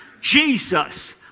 Jesus